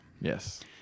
yes